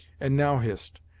and, now, hist,